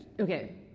Okay